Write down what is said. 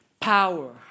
power